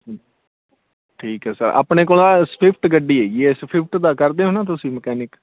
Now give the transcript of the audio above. ਠੀਕ ਠੀਕ ਹੈ ਸਰ ਆਪਣੇ ਕੋਲ ਨਾ ਸਵਿਫਟ ਗੱਡੀ ਹੈਗੀ ਹੈ ਸਫਿਵਟ ਦਾ ਕਰਦੇ ਹੋ ਨਾ ਤੁਸੀਂ ਮਕੈਨਿਕ